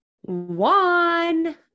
One